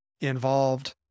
involved